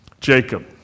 Jacob